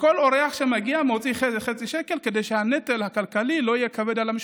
וכל אורח שמגיע מוציא חצי שקל כדי שהנטל הכלכלי על המשפחה לא יהיה כבד.